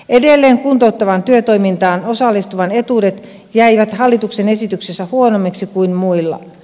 edelleen kuntouttavaan työtoimintaan osallistuvan etuudet jäivät hallituksen esityksessä huonommiksi kuin muilla